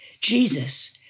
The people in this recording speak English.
Jesus